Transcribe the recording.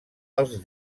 als